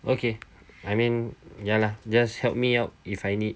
okay I mean ya lah just help me out if I need